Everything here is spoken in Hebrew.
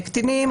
קטינים,